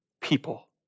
people